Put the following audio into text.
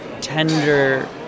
tender